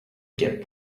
get